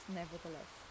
nevertheless